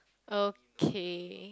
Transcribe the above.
okay